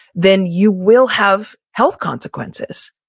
then you will have health consequences.